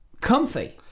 comfy